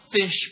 fish